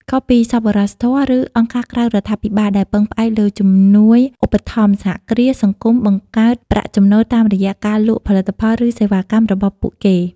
ខុសពីសប្បុរសធម៌ ឬអង្គការក្រៅរដ្ឋាភិបាលដែលពឹងផ្អែកលើជំនួយឧបត្ថម្ភ សហគ្រាសសង្គមបង្កើតប្រាក់ចំណូលតាមរយៈការលក់ផលិតផល ឬសេវាកម្មរបស់ពួកគេ ។